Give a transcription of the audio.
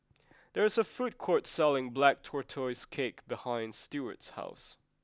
there is a food court selling black tortoise cake behind Steward's house